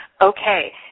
Okay